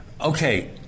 okay